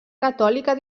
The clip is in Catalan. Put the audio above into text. catòlica